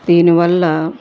దీనివల్ల